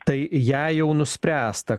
tai jei jau nuspręsta